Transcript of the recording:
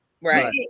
Right